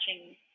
watching